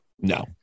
No